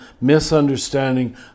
misunderstanding